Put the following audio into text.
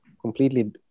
completely